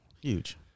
huge